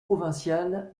provinciale